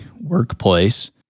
workplace